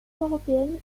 européenne